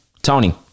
Tony